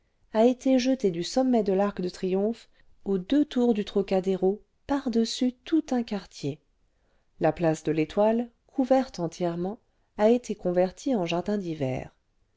a été jeté du sommet cle l'arc de triomphe aux deux tours du trocadéro par-dessus tout un quartier la place de l'etoile couverte entièrement a été convertie en jardin d'hiver